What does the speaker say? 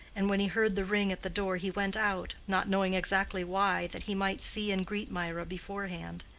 and when he heard the ring at the door, he went out, not knowing exactly why, that he might see and greet mirah beforehand.